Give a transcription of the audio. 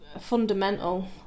fundamental